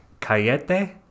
Cayete